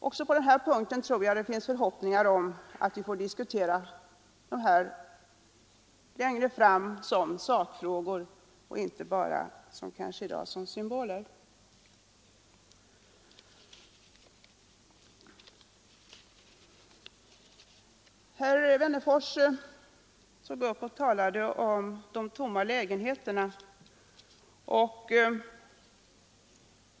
Också på denna punkt tror jag att man kan hysa förhoppningar om att längre fram få diskutera det här som sakfrågor och inte bara — vilket kanske är fallet i dag — som symboler. Herr Wennerfors tog upp frågan om de tomma lägenheterna.